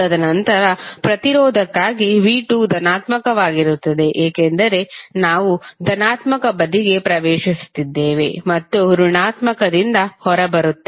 ತದನಂತರ ಪ್ರತಿರೋಧಕ್ಕಾಗಿ v2 ಧನಾತ್ಮಕವಾಗಿರುತ್ತದೆ ಏಕೆಂದರೆ ನಾವು ಧನಾತ್ಮಕ ಬದಿಗೆ ಪ್ರವೇಶಿಸುತ್ತಿದ್ದೇವೆ ಮತ್ತು ಋಣಾತ್ಮಕದಿಂದ ಹೊರಬರುತ್ತೇವೆ